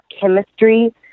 chemistry